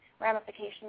ramifications